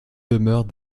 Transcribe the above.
demeures